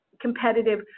competitive